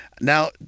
Now